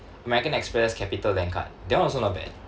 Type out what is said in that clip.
American Express CapitaLand card that one also not bad